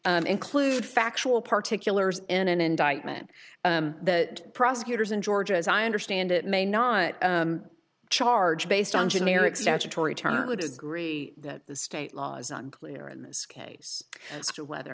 include factual particularly in an indictment that prosecutors in georgia as i understand it may not charge based on generic statutory term would agree that the state laws on clear in this case as to whether